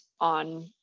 on